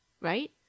right